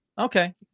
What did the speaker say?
Okay